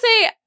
say